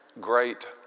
great